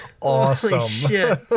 awesome